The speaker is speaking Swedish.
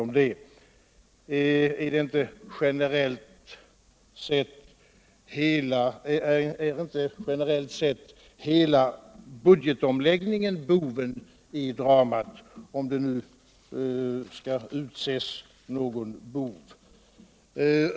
Är inte generellt sett hela budgetomläggningen boven i dramat, om det nu skall utses någon sådan?